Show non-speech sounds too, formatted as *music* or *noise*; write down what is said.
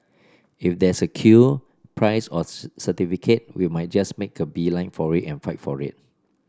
if there's a queue prize or *unintelligible* certificate we might just make a beeline for it and fight for it